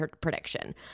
prediction